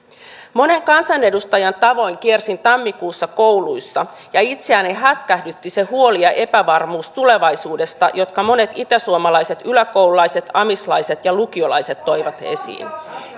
monen kansanedustajan tavoin kiersin tammikuussa kouluissa ja itseäni hätkähdytti se huoli ja epävarmuus tulevaisuudesta jonka monet itäsuomalaiset yläkoululaiset amislaiset ja lukiolaiset toivat esiin